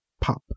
Pop